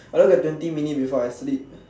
I look at twenty minute before I sleep